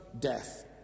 death